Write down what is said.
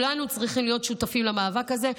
כולנו צריכים להיות שותפים למאבק הזה,